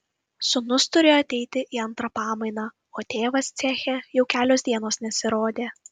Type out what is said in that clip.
sūnus turėjo ateiti į antrą pamainą o tėvas ceche jau kelios dienos nesirodė